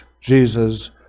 Jesus